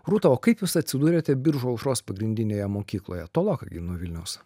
rūta o kaip jūs atsidūrėte biržų aušros pagrindinėje mokykloje tolokai gi nuo vilniaus